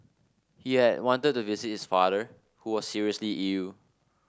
he had wanted to visit his father who was seriously ill